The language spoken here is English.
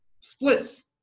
splits